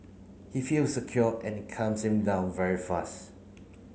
he feels secure and it calms him down very fast